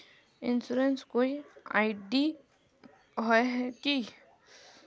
Insurance कोई ID होय है की?